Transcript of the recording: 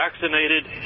vaccinated